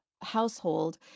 household